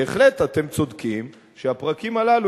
בהחלט אתם צודקים שהפרקים הללו,